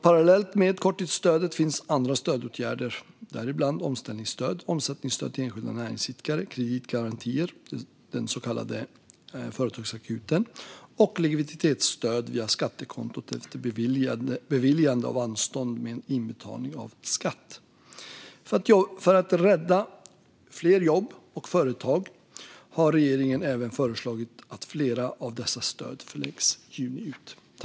Parallellt med korttidsstödet finns andra stödåtgärder, däribland omställningsstöd, omsättningsstöd till enskilda näringsidkare, kreditgarantier - den så kallade Företagsakuten - och likviditetsstöd via skattekontot efter beviljande av anstånd med inbetalning av skatt. För att rädda fler jobb och företag har regeringen även föreslagit att flera av dessa stöd förlängs juni ut.